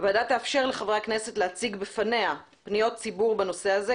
הוועדה תאפשר לחברי הכנסת להציג בפניה פניות ציבור בנושא הזה,